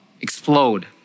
Explode